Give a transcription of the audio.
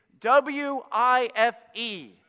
W-I-F-E